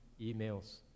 emails